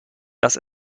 dass